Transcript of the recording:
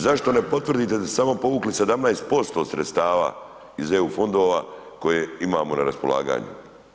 Zašto ne potvrdite da ste samo povukli 17% sredstva iz EU fondova koje imamo na raspolaganju?